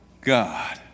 God